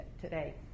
today